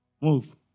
Move